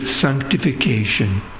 sanctification